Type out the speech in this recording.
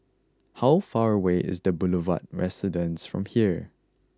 how far away is The Boulevard Residence from here